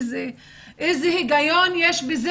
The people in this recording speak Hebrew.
איזה היגיון יש בזה?